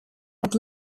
but